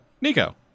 Nico